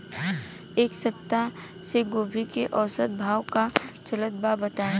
एक सप्ताह से गोभी के औसत भाव का चलत बा बताई?